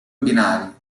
binari